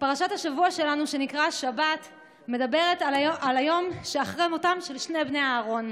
פרשת השבוע שלנו שנקרא השבת מדברת על היום שאחרי מותם של שני בני אהרן.